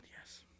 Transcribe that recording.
yes